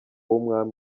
w’umwami